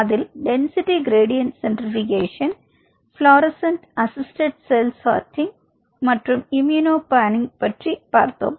அதில் density gradient centrifugation fluorescent assisted cell sorting immunopanning பற்றி பார்த்தோம்